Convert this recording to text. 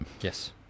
Yes